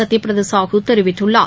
சத்யபிரதா சாகு தெரிவித்துள்ளார்